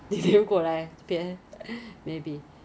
but 我去 airport 我看到很多飞机 park 在那边 ah